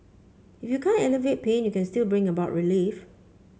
if you can't alleviate pain you can still bring about relief